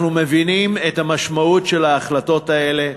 אנחנו מבינים את המשמעות של ההחלטות האלה,